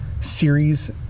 series